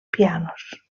pianos